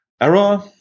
error